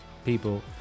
people